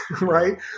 right